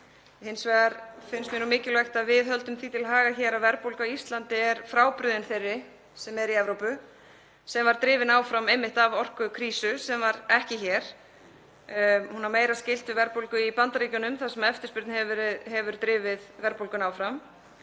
Hins vegar finnst mér mikilvægt að við höldum því til haga að verðbólga á Íslandi er frábrugðin þeirri sem er í Evrópu sem var drifin áfram einmitt af orkukrísu sem var ekki hér. Hún á meira skylt við verðbólgu í Bandaríkjunum þar sem eftirspurn hefur drifið verðbólguna áfram.